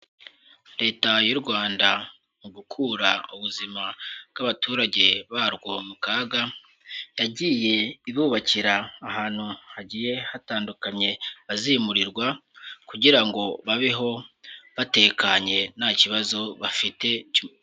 Leta y'u Rwanda mu gukura ubuzima bw'abaturage barwo mu kaga, yagiye ibubakira ahantu hagiye hatandukanye bazimurirwa, kugira ngo babeho batekanye, nta kibazo bafite.